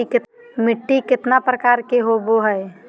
मिट्टी केतना प्रकार के होबो हाय?